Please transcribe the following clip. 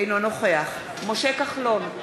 אינו נוכח משה כחלון,